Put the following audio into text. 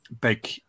big